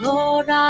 Lord